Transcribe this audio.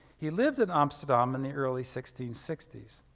he lived in amsterdam in the early sixteen sixty s.